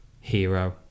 hero